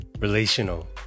Relational